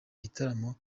gitaramo